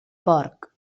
porc